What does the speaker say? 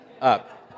up